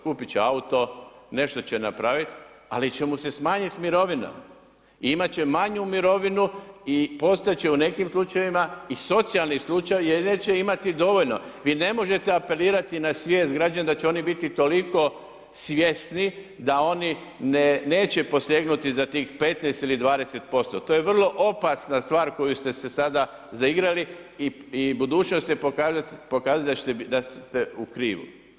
Kupiti će auto, nešto će napraviti, ali će mu se smanjiti mirovina, imati će manju mirovinu i postati će u nekim slučajevima i socijalni slučaj jer neće imati dovoljno, vi ne možete apelirati na svijest građana da će oni biti toliko svjesni da oni neće posegnuti za tih 15 ili 20%, to je vrlo opasna stvar koju ste se sada zaigrali i budućnost će pokazati da ste u krivu.